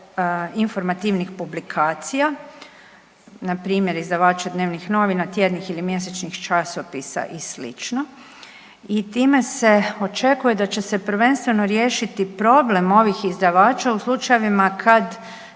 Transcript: informativnih publikacija, npr. izdavače dnevnih novina, tjednih ili mjesečnih časopisa i sl. i time se očekuje da će se prvenstveno riješiti problem ovih izdavača u slučajevima kad